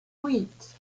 kuit